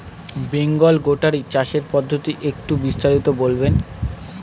Bengal goatery চাষের পদ্ধতি একটু বিস্তারিত বলবেন?